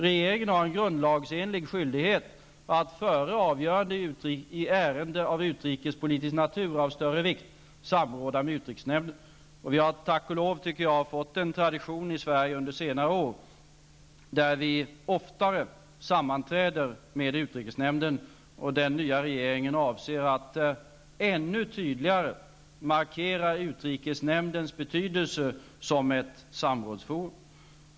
Regeringen har en grundlagsenlig skyldighet att före avgörande av i ärende av utrikespolitisk natur av större vikt samråda med utrikesnämnden. Vi har -- tack och lov, tycker jag -- fått en tradition i Sverige under senare år, där vi oftare sammanträder med utrikesnämnden, och den nya regeringen avser att ännu tydligare markera utrikesnämndens betydelse som ett samrådsforum.